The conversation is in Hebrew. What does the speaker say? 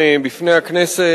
שמובאת היום בפני הכנסת,